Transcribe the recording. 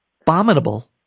abominable